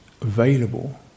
available